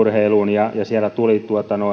ja siellä tuli rahoitusta